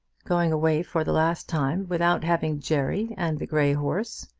going away for the last time without having jerry and the grey horse.